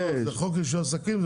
לא, זה חוק רישוי עסקים.